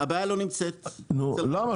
הבעיה לא נמצאת אצל --- נו, למה?